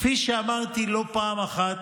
כפי שאמרתי לא פעם אחת,